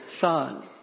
son